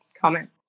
comment